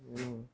నేను